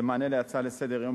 זה מענה על הצעה רגילה לסדר-היום